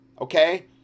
okay